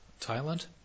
Thailand